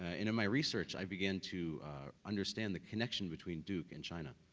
ah in my research, i begin to understand the connection between duke and china.